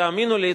תאמינו לי,